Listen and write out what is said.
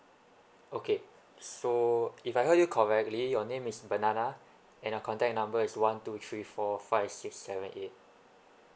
okay so if I heard you correctly your name is banana and your contact number is one two three four five six seven eight